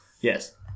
Yes